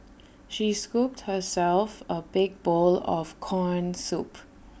she scooped herself A big bowl of Corn Soup